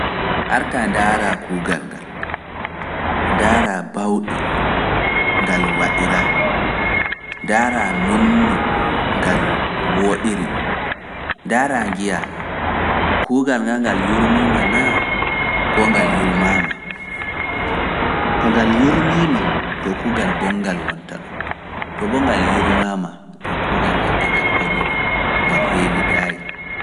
Arta ndaara kuugal ngal, ndaara baawɗe ngal waɗiraa, ndaara nonno ngal wooɗiri, ndaara ngiya kuugal ngal yurmiima naa ko ngal yurmaama. To ngal yurmiima to kuugal bonngal wonta ɗon, to bo ngal yurmaama to kuugal ngal e ngal horori, ngal heewidaayi.